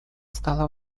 стало